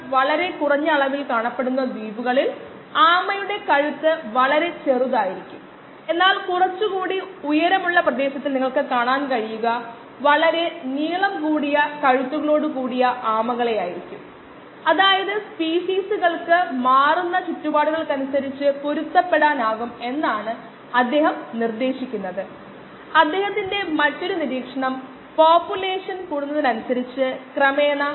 വാസ്തവത്തിൽ എന്റെ പതിവ് കോഴ്സുകളിൽ ഒരു സെമസ്റ്റർ ദൈർഘ്യമേറിയതും പരിഹരിക്കാനുള്ള ഓപ്പൺ പ്രോബ്ലം ഞാൻ കൊടുക്കാറുണ്ട് സെമസ്റ്ററിന്റെ മുഴുവൻ ദൈർഘ്യത്തിലും പരിഹരിക്കേണ്ട ഒരു പ്രോബ്ലം